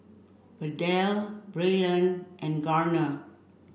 Adell Braylen and Garner